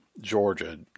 Georgia